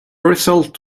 result